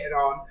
on